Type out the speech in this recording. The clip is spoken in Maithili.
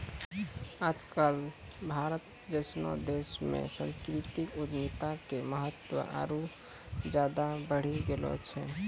आज कल भारत जैसनो देशो मे सांस्कृतिक उद्यमिता के महत्त्व आरु ज्यादे बढ़ि गेलो छै